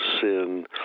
sin